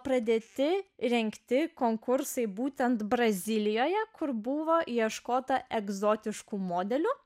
pradėti rengti konkursai būtent brazilijoje kur buvo ieškota egzotiškų modelių